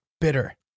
Bitter